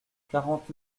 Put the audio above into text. quarante